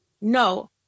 no